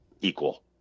equal